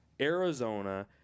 Arizona